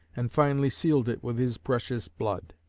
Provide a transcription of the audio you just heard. and finally sealed it with his precious blood.